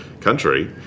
country